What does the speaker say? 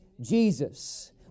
Jesus